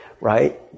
right